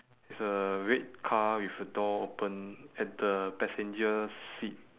is a red car with a door open at the passenger seat